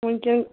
وُنکٮ۪ن